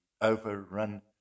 overrun